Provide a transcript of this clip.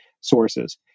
sources